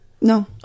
No